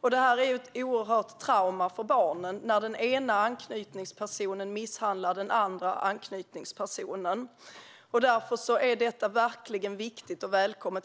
Det är ett oerhört trauma för barnen när den ena anknytningspersonen misshandlar den andra anknytningspersonen. Därför är detta verkligen viktigt och välkommet.